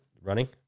running